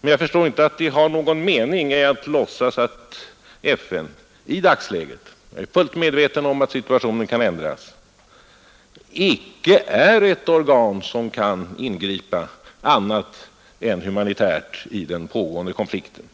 men jag förstår inte att det är någon mening med att låtsas att FN i dagens läge — jag är fullt medveten om att situationen kan ändras — kan förväntas ingripa annat än humanitärt i den pågående konflikten.